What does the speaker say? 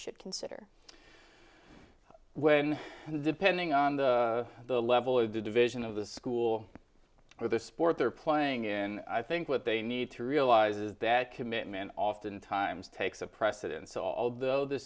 should consider when depending on the the level of the division of the school or the sport they're playing in i think what they need to realize is that commitment oftentimes takes a precedence although th